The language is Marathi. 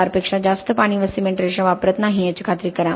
4 पेक्षा जास्त पाणी व सिमेंट रेशो वापरत नाही याची खात्री करा